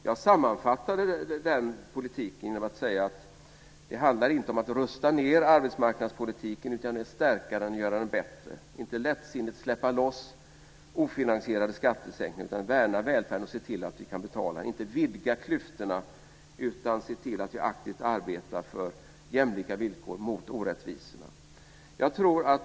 Jag sammanfattade den politiken genom att säga: Det handlar inte om att rusta ned arbetsmarknadspolitiken utan om att stärka den och göra den bättre, inte om att lättsinnigt släppa loss ofinansierade skattesänkningar utan om att värna välfärden och se till att vi kan betala, inte om att vidga klyftorna utan om att se till att vi aktivt arbetar för jämlika villkor och mot orättvisorna.